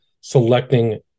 selecting